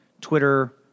Twitter